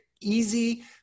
easy